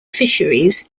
fisheries